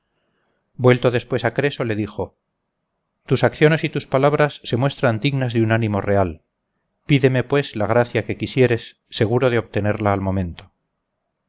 vuelto después a creso le dijo tus acciones y tus palabras se muestran dignas de un ánimo real pídeme pues la gracia que quisieres seguro de obtenerla al momento